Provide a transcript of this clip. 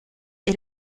est